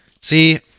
See